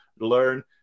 learn